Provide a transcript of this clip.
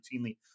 routinely